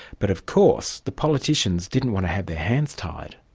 but of course the politicians didn't want to have their hands tied.